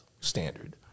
standard